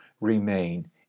remain